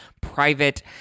private